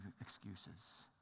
excuses